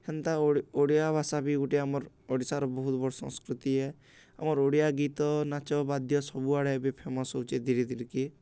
ହେନ୍ତା ଓଡ଼ିଆ ଭାଷା ବି ଗୋଟେ ଆମର ଓଡ଼ିଶାର ବହୁତ ବଡ଼ ସଂସ୍କୃତି ଆମର ଓଡ଼ିଆ ଗୀତ ନାଚ ବାଦ୍ୟ ସବୁଆଡ଼େ ବି ଫେମସ୍ ହଉଛେ ଧୀରେ ଧୀରେ କି